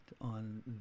on